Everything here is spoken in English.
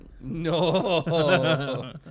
No